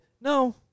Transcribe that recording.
no